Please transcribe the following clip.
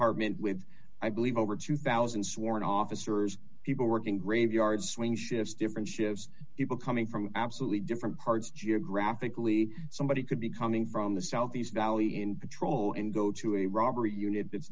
department with i believe over two thousand sworn officers people working graveyard swing shifts different shifts people coming from absolutely different parts geographically somebody could be coming from the southeast valley in patrol and go to a robbery unit